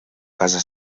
casa